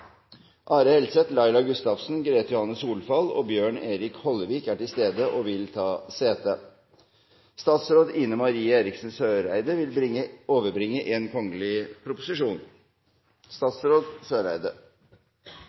Are Helseth, Laila Gustavsen, Greta Johanne Solfall og Bjørn Erik Hollevik er til stede og vil ta sete. Etter ønske fra utenriks- og forsvarskomiteen vil